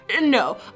No